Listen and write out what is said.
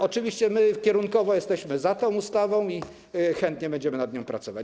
Oczywiście my kierunkowo jesteśmy za tą ustawą i chętnie będziemy nad nią pracować.